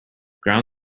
ground